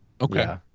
Okay